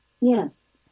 Yes